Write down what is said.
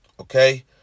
Okay